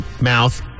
mouth